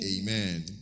Amen